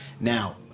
Now